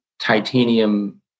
titanium